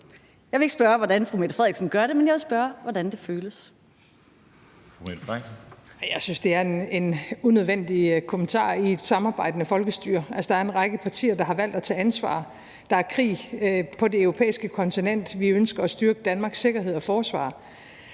Dam Kristensen): Fru Mette Frederiksen. Kl. 13:21 Mette Frederiksen (S): Jeg synes, det er en unødvendig kommentar i et samarbejdende folkestyre. Altså, der er en række partier, der har valgt at tage ansvar. Der er krig på det europæiske kontinent. Vi ønsker at styrke Danmarks sikkerhed og forsvar,